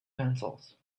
pencils